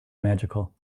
magical